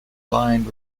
lined